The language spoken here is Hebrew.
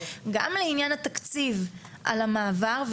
גם לעניין התקציב על המעבר,